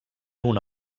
una